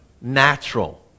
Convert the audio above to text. natural